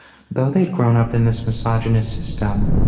though they'd grown up in this misogynist system,